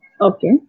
Okay